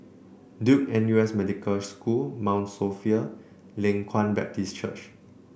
Duke N U S Medical School Mount Sophia Leng Kwang Baptist Church